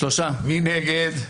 מי נגד?